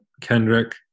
Kendrick